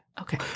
Okay